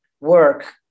work